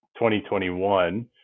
2021